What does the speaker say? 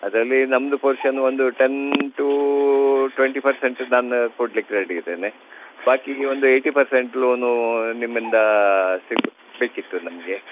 ಅದರಲ್ಲಿ ನಮ್ದು ಪೊರ್ಶನ್ ಒಂದು ಟೆನ್ ಟೂ ಟ್ವೆಂಟಿ ಪರ್ಸೆಂಟ್ ನಾನು ಕೊಡ್ಲಿಕ್ಕೆ ರೆಡಿ ಇದ್ದೇನೆ ಬಾಕಿಗೆ ಒಂದು ಏಯ್ಟಿ ಪರ್ಸೆಂಟ್ ಲೋನು ನಿಮ್ಮಿಂದ ಸಿಗಬೇಕಿತ್ತು ನಮಗೆ